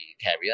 carrier